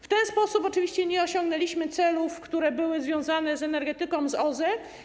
W ten sposób oczywiście nie osiągnęliśmy celów, które były związane z energetyką, z OZE.